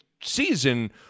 season